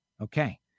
Okay